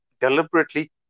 deliberately